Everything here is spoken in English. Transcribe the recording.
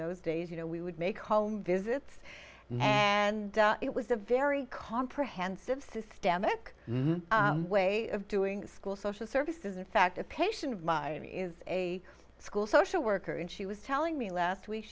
those days you know we would make home visits and it was a very comprehensive systemic way of doing school social services in fact a patient of mine is a school social worker and she was telling me last week